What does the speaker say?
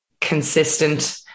consistent